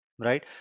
right